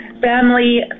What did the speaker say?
family